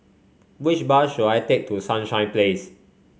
which bus should I take to Sunshine Place